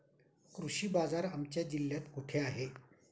कृषी बाजार आमच्या जिल्ह्यात कुठे आहे?